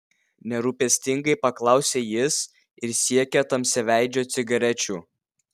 nerūpestingai paklausė jis ir siekė tamsiaveidžio cigarečių